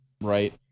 right